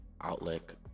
outlook